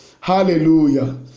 Hallelujah